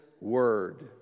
word